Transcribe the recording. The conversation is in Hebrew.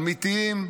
אמיתיים,